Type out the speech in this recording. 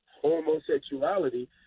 homosexuality